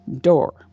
door